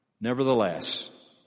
nevertheless